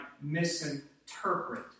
misinterpret